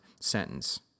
sentence